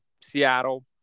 Seattle